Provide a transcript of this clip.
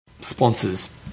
Sponsors